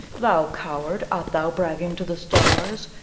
thou coward, art thou bragging to the stars,